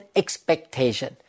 expectation